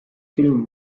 film